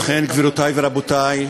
ובכן, גבירותי ורבותי,